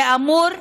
כאמור,